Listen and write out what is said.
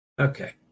Okay